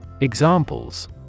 Examples